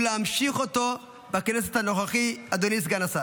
ולהמשיך אותו בכנסת הנוכחית, אדוני סגן השר.